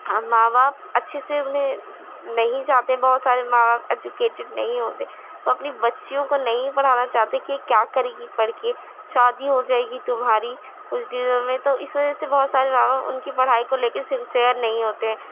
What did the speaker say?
ماں باپ اچھے سے انہیں نہیں چاہتے بہت سارے ماں باپ ایجوکیٹڈ نہیں ہوتے وہ اپنی بچیوں کو نہیں پڑھانا چاہتے کہ کیا کرے گی پڑھ کے شادی ہو جائے گی تمہاری کچھ دنوں میں تو اس وجہ سے بہت سارے ماں باپ ان کی پڑھائی کو لے کے سنسیئر نہیں ہوتے ہیں